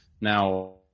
Now